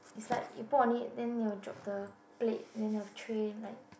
it's like you put only then you will drop the plate and then of tray like